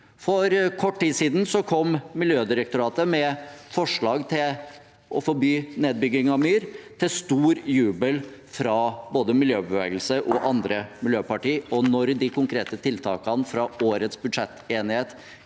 For kort tid siden kom Miljødirektoratet med forslag om å forby nedbygging av myr, til stor jubel fra både miljøbevegelse og andre miljøpartier. Når de konkrete tiltakene fra årets budsjettenighet